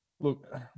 Look